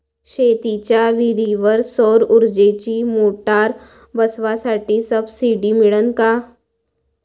शेतीच्या विहीरीवर सौर ऊर्जेची मोटार बसवासाठी सबसीडी मिळन का?